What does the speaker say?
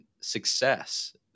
success